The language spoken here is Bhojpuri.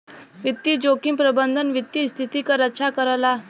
वित्तीय जोखिम प्रबंधन वित्तीय स्थिति क रक्षा करला